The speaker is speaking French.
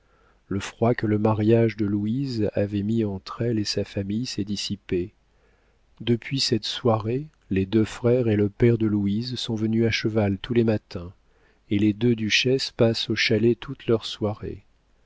le froid que le mariage de louise avait mis entre elle et sa famille s'est dissipé depuis cette soirée les deux frères et le père de louise sont venus à cheval tous les matins et les deux duchesses passent au chalet toutes leurs soirées